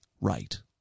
right